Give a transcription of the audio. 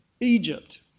Egypt